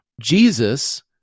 Jesus